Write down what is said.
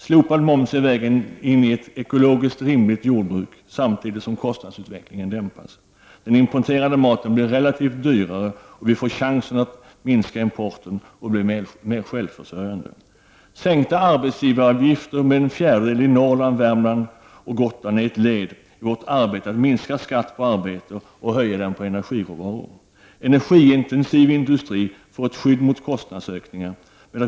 Slopad moms är vägen in i ett ekologiskt rimligt jordbruk samtidigt som kostnadsutvecklingen dämpas. Importerad mat blir dyrare relativt, och vi får chansen att minska importen och bli mer självförsörjande. En sänkning av arbetsgivaravgifterna med en fjärdedel i Norrland, Värmland och på Gotland är ett led i vårt arbete att minska skatten på arbete och höja den på energiråvaror. Energiintensiv industri får ett skydd mot kostnadsökningar.